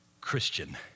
Christian